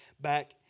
back